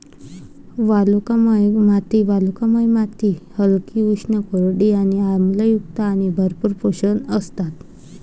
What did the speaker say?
वालुकामय माती वालुकामय माती हलकी, उष्ण, कोरडी आणि आम्लयुक्त आणि भरपूर पोषक असतात